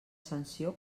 sanció